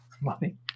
money